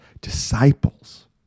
disciples